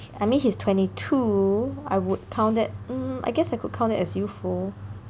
I mean he's twenty two I would count that mm I guess I could count that as youthful